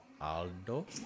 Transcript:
Aldo